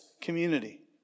community